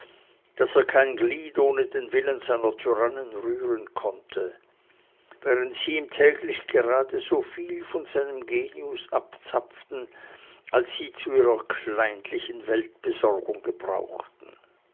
daß er kein glied ohne den willen seiner tyrannen rühren konnte während sie ihm täglich gerade so viel von seinem genius abzapften als sie zu ihrer kleinlichen weltbesorgung gebrauchten